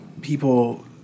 people